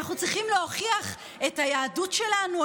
אנחנו צריכים להוכיח את היהדות שלנו,